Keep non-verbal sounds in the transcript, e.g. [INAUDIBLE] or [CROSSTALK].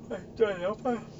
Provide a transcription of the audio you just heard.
[NOISE]